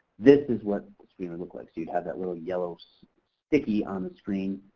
this is what screen would look like. so you would have that little yellow so sticky on the screen.